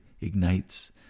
ignites